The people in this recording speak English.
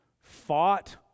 fought